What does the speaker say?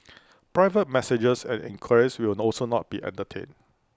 private messages and enquiries will also not be entertained